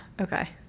okay